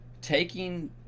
taking